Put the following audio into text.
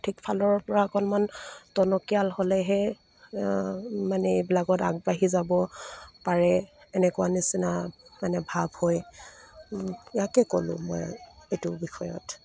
আৰ্থিক ফালৰ পৰা অকণমান টনকিয়াল হ'লেহে মানে এইবিলাকত আগবাঢ়ি যাব পাৰে এনেকুৱা নিচিনা মানে ভাৱ হয় ইয়াকে ক'লোঁ মই এইটো বিষয়ত